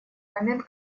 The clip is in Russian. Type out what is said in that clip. момент